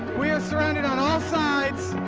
we are surrounded on all sides.